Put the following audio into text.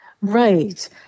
Right